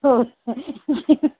हो